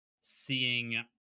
seeing